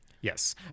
Yes